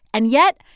and yet,